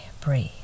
breathe